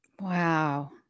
Wow